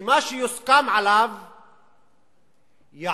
שמה שיוסכם עליו יעבור,